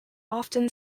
often